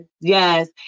Yes